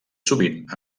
sovint